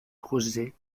projets